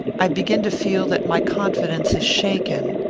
i begin to feel that my confidence is shaken.